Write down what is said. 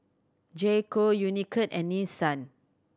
J Co Unicurd and Nissan